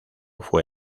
fue